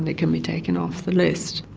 and can be taken off the list.